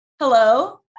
Hello